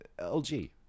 LG